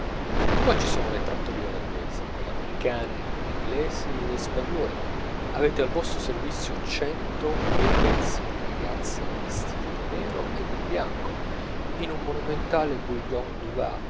poi ci sono le trattorie olandesi americane inglesi e spagnuole avete al vostro servizio cento bei pezzi di ragazze vestite di nero e di bianco in un monumentale